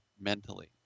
mentally